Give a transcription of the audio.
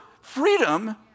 freedom